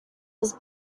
his